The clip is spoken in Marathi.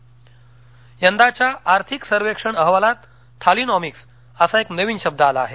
थालीनॉमिक्स यंदाच्या आर्थिक सर्वेक्षण अहवालात थालीनॉमिक्स असा एक नवीन शब्द आला आहे